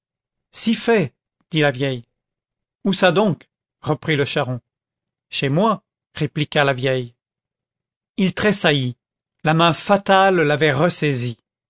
si fait dit la vieille où ça donc reprit le charron chez moi répliqua la vieille il tressaillit la main fatale l'avait ressaisi